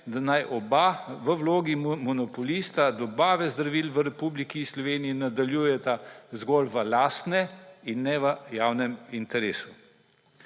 da naj oba v vlogi monopolista dobave zdravil v Republiki Sloveniji nadaljujeta zgolj v lastnem in ne v javnem interesu.